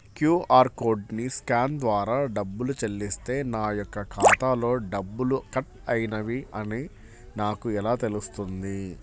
QR కోడ్ని scan ద్వారా డబ్బులు చెల్లిస్తే నా యొక్క ఖాతాలో డబ్బులు కట్ అయినవి అని నాకు ఎలా తెలుస్తుంది?